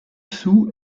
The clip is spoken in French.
soo